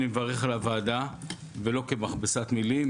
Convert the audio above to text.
אני מברך על הוועדה ולא כמכבסת מילים,